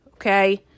Okay